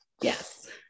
Yes